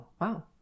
wow